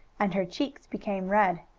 and her cheeks became red.